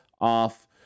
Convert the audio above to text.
off